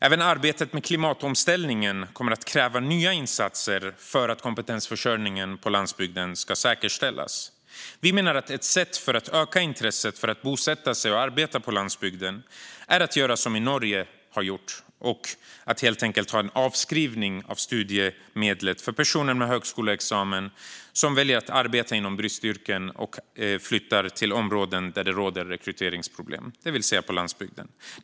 Även arbetet med klimatomställningen kommer att innebära att det krävs nya insatser för att säkerställa kompetensförsörjningen på landsbygden. Ett sätt att öka intresset för att bosätta sig och arbeta på landsbygden är att göra som man har gjort i Norge. Man har helt enkelt en avskrivning av studiemedel för personer med högskoleexamen som väljer att arbeta inom bristyrken och flytta till områden där det finns rekryteringsproblem, det vill säga på landsbygden.